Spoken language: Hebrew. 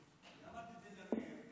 אמרתי את זה גם למאיר,